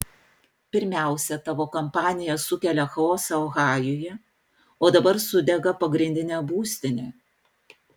pirmiausia tavo kompanija sukelia chaosą ohajuje o dabar sudega pagrindinė būstinė